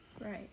Right